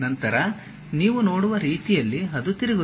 ನಂತರ ನೀವು ನೋಡುವ ರೀತಿಯಲ್ಲಿ ಅದು ತಿರುಗುತ್ತದೆ